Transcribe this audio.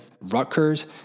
Rutgers